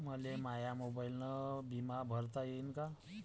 मले माया मोबाईलनं बिमा भरता येईन का?